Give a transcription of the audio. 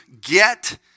get